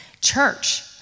church